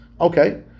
okay